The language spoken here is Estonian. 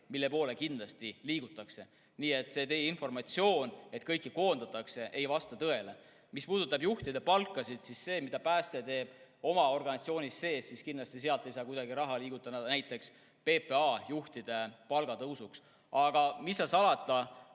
mille poole kindlasti liigutakse. Nii et see teie informatsioon, et kõiki koondatakse, ei vasta tõele. Mis puudutab juhtide palka, siis kui pääste[valdkond] teeb midagi oma organisatsioonis sees, ei saa sealt kuidagi raha liigutada näiteks PPA juhtide palga tõusuks. Aga mis seal salata,